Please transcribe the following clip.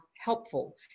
helpful